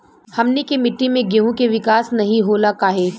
हमनी के मिट्टी में गेहूँ के विकास नहीं होला काहे?